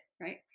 right